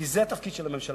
כי זה התפקיד של הממשלה,